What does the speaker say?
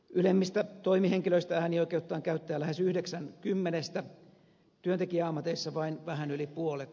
ylemmistä toimihenkilöistä äänioikeuttaan käyttää lähes yhdeksän kymmenestä työntekijäammateissa vain vähän yli puolet